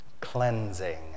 cleansing